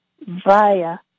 via